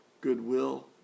goodwill